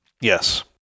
Yes